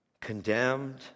condemned